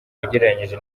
ugereranyije